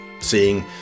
Seeing